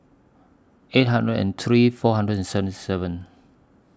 eight hundred and three four hundred and seventy seven